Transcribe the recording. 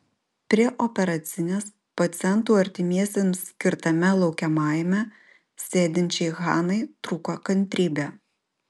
prie operacinės pacientų artimiesiems skirtame laukiamajame sėdinčiai hanai trūko kantrybė